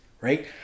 right